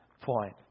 point